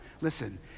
listen